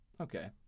okay